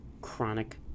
chronic